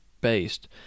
based